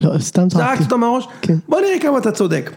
לא סתם צחקתי. זרקת סתם מהראש? כן. בוא נראה כמה אתה צודק.